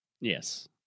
Yes